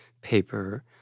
paper